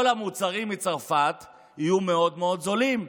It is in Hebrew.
כל המוצרים מצרפת יהיו מאוד מאוד זולים,